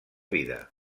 vida